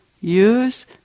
Use